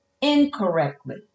incorrectly